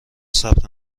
ثبت